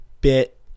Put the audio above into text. bit